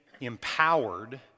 empowered